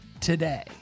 today